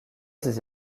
ses